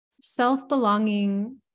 self-belonging